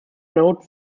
note